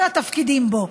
כל התפקידים בו,